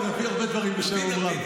אני אביא הרבה דברים בשם אומרם.